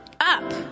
up